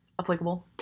applicable